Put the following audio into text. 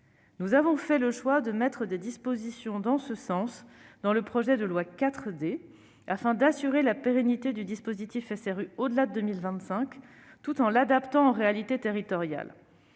Nous avons fait le choix d'inscrire des dispositions en ce sens dans le projet de loi 4D, afin d'assurer la pérennité du dispositif SRU au-delà de 2025, tout en l'adaptant aux réalités territoriales.